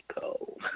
go